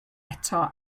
eto